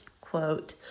quote